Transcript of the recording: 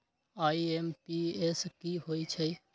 IMPS की होईछइ?